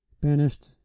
Banished